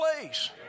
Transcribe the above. place